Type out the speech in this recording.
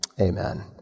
Amen